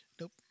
Nope